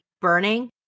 Burning